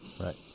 Right